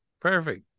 Perfect